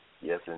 Yes